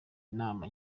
akanama